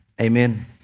Amen